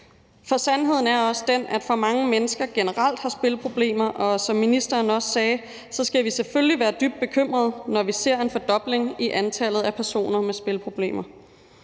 For sandheden er også den, at for mange mennesker generelt har spilproblemer, og som ministeren også sagde, skal vi selvfølgelig være dybt bekymrede, når vi ser en fordobling af antallet af personer med spilproblemer.